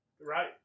Right